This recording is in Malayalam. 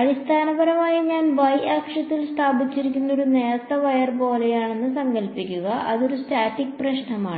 അടിസ്ഥാനപരമായി ഞാൻ y അക്ഷത്തിൽ സ്ഥാപിച്ചിരിക്കുന്ന ഒരു നേർത്ത വയർ പോലെയാണെന്ന് സങ്കൽപ്പിക്കുക അതൊരു സ്റ്റാറ്റിക്സ് പ്രശ്നമാണ്